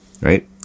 right